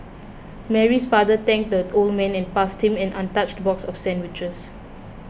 Mary's father thanked the old man and passed him an untouched box of sandwiches